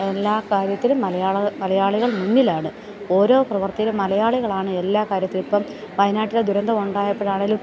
എല്ലാ കാര്യത്തിലും മലയാളം മലയാളികൾ മുന്നിലാണ് ഓരോ പ്രവർത്തിയിലും മലയാളികളാണ് എല്ലാ കാര്യത്തിലും ഇപ്പോം വയനാട്ടിൽ ദുരന്തം ഉണ്ടായപ്പോൾ ആണേലും